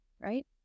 right